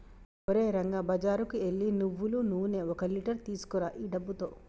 ఓరే రంగా బజారుకు ఎల్లి నువ్వులు నూనె ఒక లీటర్ తీసుకురా ఈ డబ్బుతో